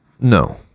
No